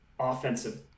offensive